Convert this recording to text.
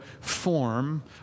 form